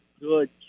good